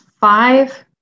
five